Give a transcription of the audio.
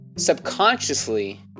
Subconsciously